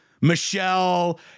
Michelle